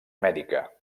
mèdica